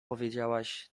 powiedziałaś